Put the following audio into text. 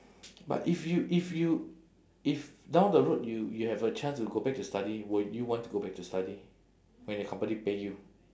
but if you if you if down the road you you have a chance to go back to study will you want to go back to study when your company pay you